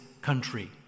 country